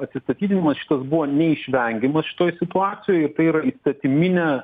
atsistatydinimas šitas buvo neišvengiamas šitoj situacijoj ir tai yra įstatiminė